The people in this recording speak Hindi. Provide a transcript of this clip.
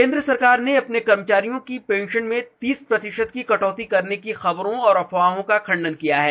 केंद्र सरकार ने अपने कर्मचारियों की पेंशन में तीस प्रतिशत की कटौती करने की खबरों और अफवाहों का खंडन किया है